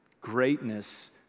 greatness